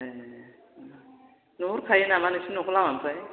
ए नुहुरखायो नामा नोंसिनि न'खौ लामानिफ्राय